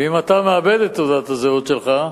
ואם אתה מאבד את תעודת הזהות שלך,